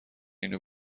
اینو